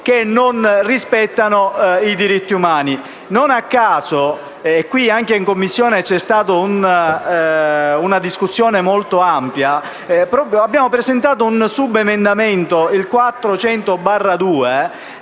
che non rispettano i diritti umani. Non a caso su questo punto in Commissione c'è stata una discussione molto ampia. Noi abbiamo presentato il subemendamento 4.100/2,